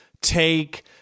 take